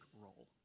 role